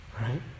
right